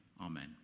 Amen